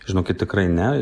žinokit tikrai ne